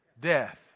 death